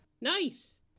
nice